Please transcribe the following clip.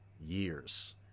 years